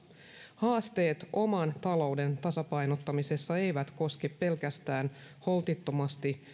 haasteet oman talouden tasapainottamisessa eivät koske pelkästään holtittomasti